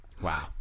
Wow